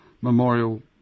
memorial